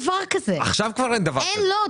מיום עבודה,